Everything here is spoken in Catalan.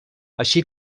així